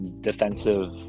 defensive